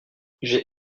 j’ai